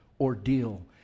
ordeal